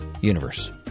universe